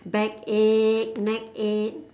back ache neck ache